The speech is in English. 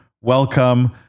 welcome